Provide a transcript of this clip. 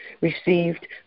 received